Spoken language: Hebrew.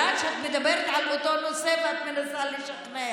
אני יודעת שאת מדברת על אותו נושא ואת מנסה לשכנע,